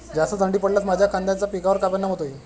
जास्त थंडी पडल्यास माझ्या कांद्याच्या पिकावर काय परिणाम होईल?